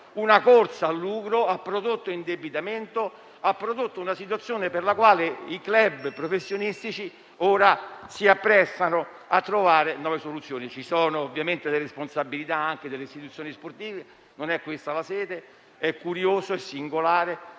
una corsa al lucro, un forte indebitamento e una situazione per la quale i club professionistici si apprestano ora a trovare nuove soluzioni. Ci sono ovviamente le responsabilità anche delle istituzioni sportive, ma non è questa la sede per parlarne. È curioso e singolare,